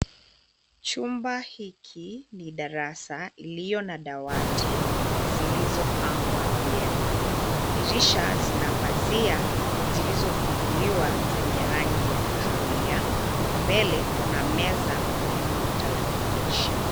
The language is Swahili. Chumba hiki ni darasa iliyo na dawati zilizopangwa vyema ,dirisha zina pazia zilizofunguliwa zenye rangi ya kahawia mbele kuna meza iliyo na tarakilishi.